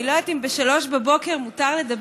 אני לא יודעת אם ב-03:00 מותר לדבר,